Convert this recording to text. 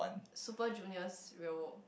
Super-Junior's Ryeowook